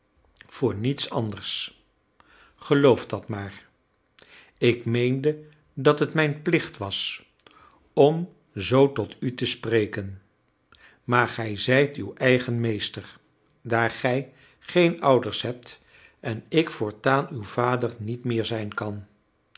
voor niets anders geloof dat maar ik meende dat het mijn plicht was om zoo tot u te spreken maar gij zijt uw eigen meester daar gij geen ouders hebt en ik voortaan uw vader niet meer zijn kan